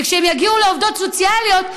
וכשהן יגיעו לעובדות סוציאליות,